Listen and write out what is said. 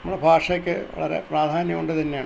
നമ്മുടെ ഭാഷയ്ക്ക് വളരെ പ്രാധാന്യം ഉണ്ട് തന്നെയാണ്